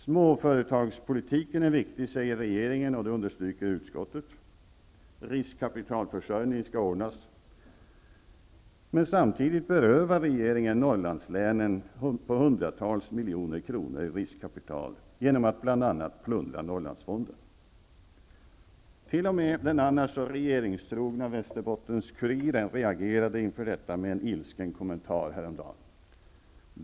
Småföretagspolitiken är viktig, säger regeringen, och det understryker utskottet. Riskkapitalförsörjningen skall ordnas. Men samtidigt berövar regeringen Norrlandslänen hundratals miljoner kronor i riskkapital genom att bl.a. plundra Norrlandsfonden. T.o.m. den annars så regeringstrogna Västerbottens-Kuriren reagerade häromdagen inför detta med en ilsken kommentar.